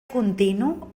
continu